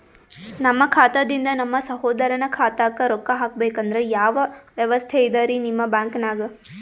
ನಮ್ಮ ಖಾತಾದಿಂದ ನಮ್ಮ ಸಹೋದರನ ಖಾತಾಕ್ಕಾ ರೊಕ್ಕಾ ಹಾಕ್ಬೇಕಂದ್ರ ಯಾವ ವ್ಯವಸ್ಥೆ ಇದರೀ ನಿಮ್ಮ ಬ್ಯಾಂಕ್ನಾಗ?